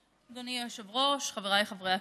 אדוני היושב-ראש, חבריי חברי הכנסת,